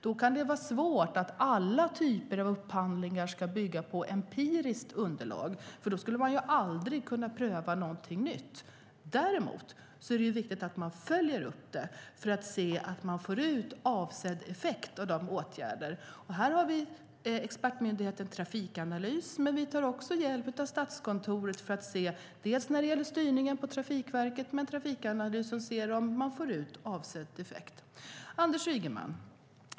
Det kan vara svårt att få alla typer av upphandlingar att bygga på empiriskt underlag. Då skulle vi aldrig pröva något nytt. Däremot är det viktigt att följa upp för att se att vi får ut avsedd effekt av åtgärderna. Här finns expertmyndigheten Trafikanalys, men vi tar också hjälp av Statskontoret för att se på styrningen av Trafikverket och om det blir avsedd effekt.